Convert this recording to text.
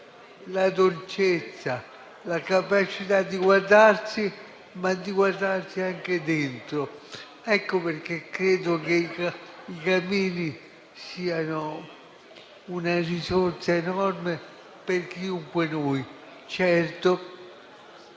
la dolcezza e la capacità di guardare, ma di guardarsi anche dentro: ecco perché credo che i cammini siano una risorsa enorme per chiunque di noi.